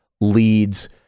leads